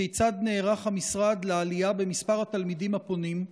כיצד נערך המשרד לעלייה במספר התלמידים הפונים?